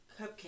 Cupcake